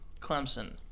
Clemson